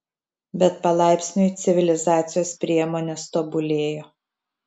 bet palaipsniui civilizacijos priemonės tobulėjo